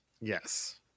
Yes